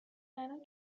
الان